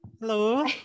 hello